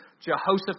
Jehoshaphat